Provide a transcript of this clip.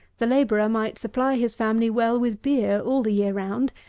the labourer might supply his family well with beer all the year round,